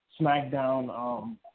SmackDown –